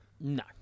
No